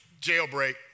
Jailbreak